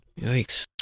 Yikes